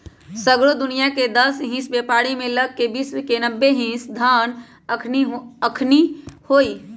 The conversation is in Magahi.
सगरो दुनियाँके दस हिस बेपारी के लग विश्व के नब्बे हिस धन अखनि हई